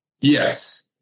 Yes